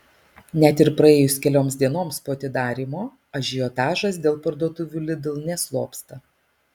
net ir praėjus kelioms dienoms po atidarymo ažiotažas dėl parduotuvių lidl neslopsta